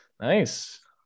Nice